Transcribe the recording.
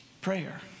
Prayer